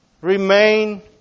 remain